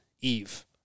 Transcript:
eve